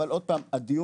אבל עוד פעם הדיון,